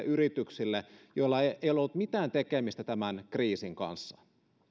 yrityksille joilla ei ole ollut mitään tekemistä tämän kriisin kanssa